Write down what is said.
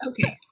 Okay